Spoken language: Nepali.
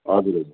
हजुर हजुर